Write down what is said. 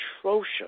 atrocious